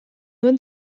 duen